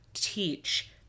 teach